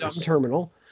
terminal